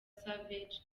savage